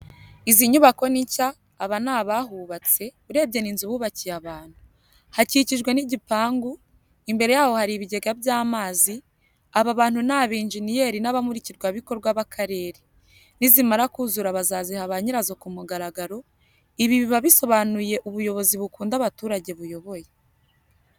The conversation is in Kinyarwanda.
Izi nyubako ni nshya, aba ni abahubatse, urebye n'inzu bubakiye abantu. Hakikijwe n'igipangu, imbere yaho hari ibigega by'amazi, aba bantu ni aba enjeniyeri n'abamurikirwa bikorwa ba karere. Nizimara kuzura bazaziha ba nyirazo kumugaragaro, ibi biba bisobanuye ubuyobozi bukunda abaturage buyoboye.